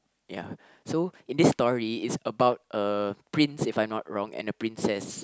ya so in this story it's about a prince if I'm not wrong and a princess